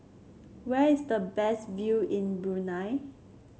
where is the best view in Brunei